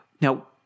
Now